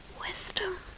Wisdom